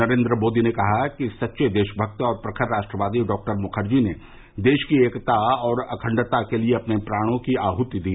नरेन्द्र मोदी ने कहा कि सच्चे देशभक्त और प्रखर राष्ट्रवादी डॉ मुखर्जी ने देश की एकता और अखंडता के लिए अपने प्राणों की आहृति दी